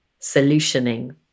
solutioning